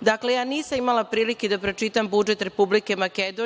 Dakle, ja nisam imala prilike da pročitam budžet Republike Makedonije,